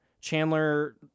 chandler